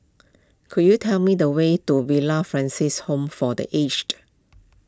could you tell me the way to Villa Francis Home for the Aged